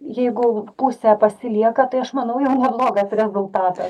jeigu pusė pasilieka tai aš manau jau neblogas rezultatas